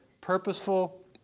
purposeful